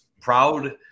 proud